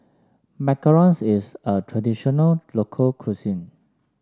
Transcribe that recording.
Macarons is a traditional local cuisine